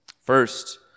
First